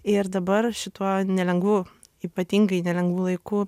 ir dabar šituo nelengvu ypatingai nelengvu laiku